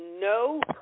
no